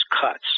cuts